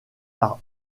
par